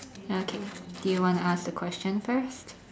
okay do you want to ask the question first